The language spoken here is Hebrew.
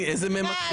מעט.